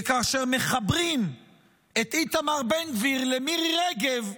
כי כאשר מחברים את איתמר בן גביר למירי רגב,